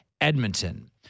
Edmonton